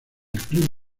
club